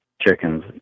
Chickens